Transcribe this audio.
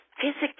physically